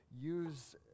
use